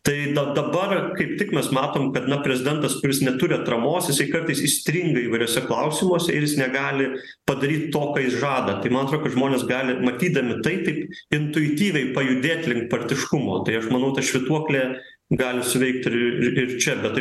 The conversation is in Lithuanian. tai da dabar kaip tik mes matom kad na prezidentas kuris neturi atramos jisai kartais įstringa įvairiuose klausimuose ir jis negali padaryt to ką jis žada tai man atrodo kad žmonės gali matydami tai taip intuityviai pajudėt link partiškumo tai aš manau ta švytuoklė gali suveikt ir ir čia bet